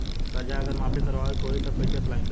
कर्जा अगर माफी करवावे के होई तब कैसे अप्लाई करम?